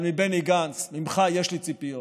אבל בני גנץ, ממך יש לי ציפיות,